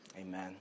Amen